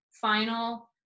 final